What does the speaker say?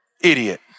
idiot